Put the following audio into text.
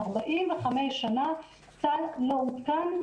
45 שנה סל לא עודכן,